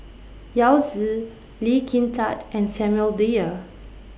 Yao Zi Lee Kin Tat and Samuel Dyer